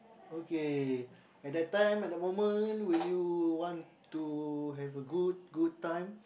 okay at that time at the moment will you want to have a good good time